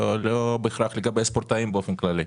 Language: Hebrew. לא בהכרח לגבי הספורטאים באופן כללי.